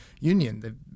Union